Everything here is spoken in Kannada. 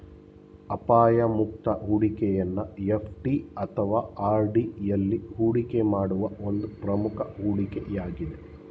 ಅಪಾಯ ಮುಕ್ತ ಹೂಡಿಕೆಯನ್ನು ಎಫ್.ಡಿ ಅಥವಾ ಆರ್.ಡಿ ಎಲ್ಲಿ ಹೂಡಿಕೆ ಮಾಡುವ ಒಂದು ಪ್ರಮುಖ ಹೂಡಿಕೆ ಯಾಗಿದೆ